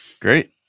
Great